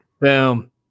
Boom